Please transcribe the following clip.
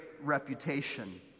reputation